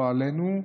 לא עלינו,